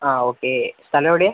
ആ ഓക്കെ സ്ഥലം എവിടെയാണ്